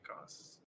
costs